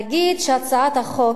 נגיד שהצעת החוק,